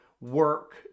work